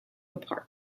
apart